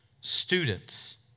students